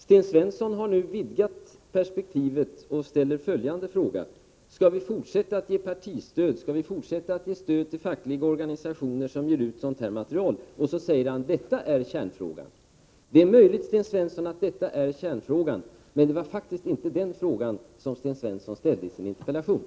Sten Svensson har nu vidgat perspektivet och ställer följande fråga: Skall vi fortsätta att ge partistöd och skall vi fortsätta att ge stöd till fackliga organisationer som ger ut sådant här material? Så tillägger han: Detta är kärnfrågan. Det är möjligt, Sten Svensson, att detta är kärnfrågan, men det var faktiskt inte den frågan som Sten Svensson ställde i sin interpellation.